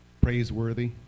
praiseworthy